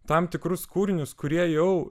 tam tikrus kūrinius kurie jau